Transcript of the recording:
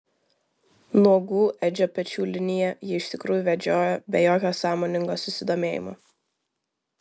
nuogų edžio pečių liniją ji iš tikrųjų vedžiojo be jokio sąmoningo susidomėjimo